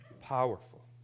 powerful